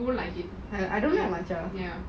I don't like matcha